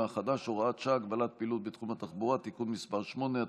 החדש (הוראת שעה) (הגבלת פעילות בתחום התחבורה) (תיקון מס' 8),